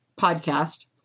podcast